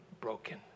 broken